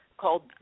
called